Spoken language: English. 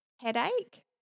headache